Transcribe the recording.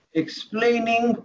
explaining